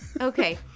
Okay